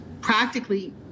practically